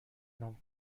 نام